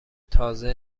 تازه